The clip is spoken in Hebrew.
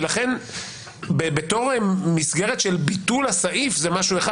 ולכן בתור מסגרת של ביטול הסעיף זה משהו אחד.